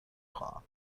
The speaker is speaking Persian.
خواهم